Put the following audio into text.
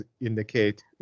indicate